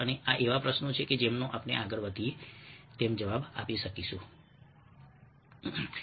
અને આ એવા પ્રશ્નો છે કે જેમનો આપણે આગળ વધીએ તેમ જવાબ આપી શકીએ છીએ